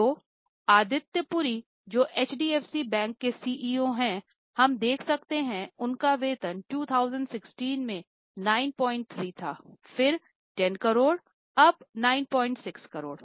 तोआदित्य पूरी जो HDFC bank के CEO हैं हम देख सकते हैं उनका वेतन 2016 में 93 था फिर 10 करोड़ अब 967 करोड़